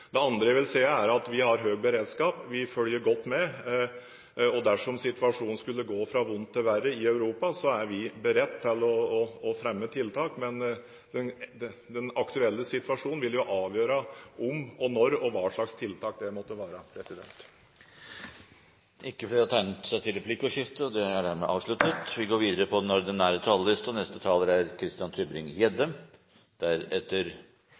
Det andre jeg vil si, er at vi har høy beredskap, vi følger godt med. Dersom situasjonen skulle gå fra vondt til verre i Europa, så er vi beredt til å fremme tiltak, men den aktuelle situasjonen vil jo avgjøre om og når og hva slags tiltak det måtte være. Replikkordskiftet er avsluttet. Mange land i Europa har bevilget seg offentlige goder gjennom lån de ikke lenger klarer å betjene. Offentlig gjeld nedskrives, og offentlige velferdsgoder kuttes. Landene har levd over evne, og